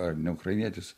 ar ne ukrainietis